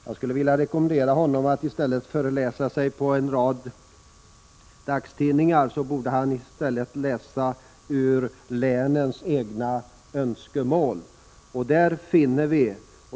Jag vill rekommendera honom att, i stället för att förläsa sig på en rad dagstidningar, läsa om länens egna önskemål.